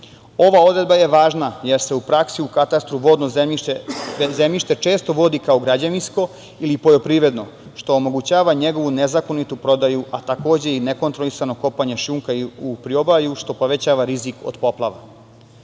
Ova odredba je važna jer se u praksi u katastru vodno zemljište često vodi kao građevinsko i poljoprivredno što omogućava njegovu nezakonitu prodaju, a takođe i nekontrolisano kopanje šljunka u priobalju što povećava rizik od poplava. Nema